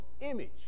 image